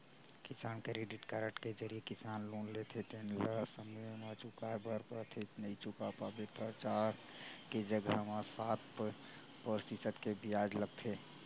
किसान credit card के जरिए किसान लोन लेथे तेन ल समे म चुकाए बर परथे नइ चुका पाबे त चार के जघा म सात परतिसत के बियाज लगथे